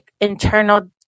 internal